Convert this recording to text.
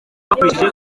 bakurikije